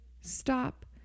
stop